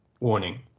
warning